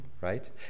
Right